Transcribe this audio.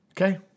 Okay